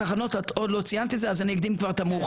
את עוד לא ציינת את זה אז אני אקדים את המאוחר,